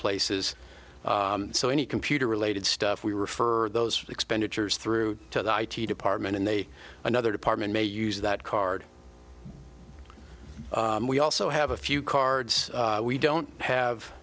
places so any computer related stuff we refer those expenditures through to the i t department and they another department may use that card we also have a few cards we don't